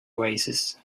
oasis